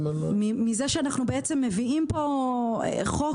מזה שאנו מביאים פה חוק,